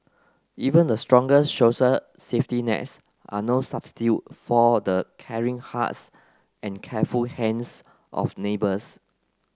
even the strongest social safety nets are no substitute for the caring hearts and careful hands of neighbours